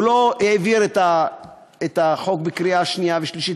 לא העביר את החוק בקריאה שנייה ושלישית,